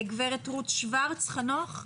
גברת רות שוורץ חנוך.